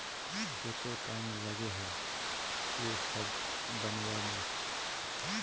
केते टाइम लगे है ये सब बनावे में?